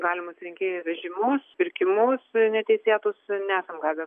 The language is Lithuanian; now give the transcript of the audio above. galimus rinkėjų vežimus pirkimus neteisėtus nesam gavę